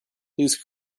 please